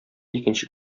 икенче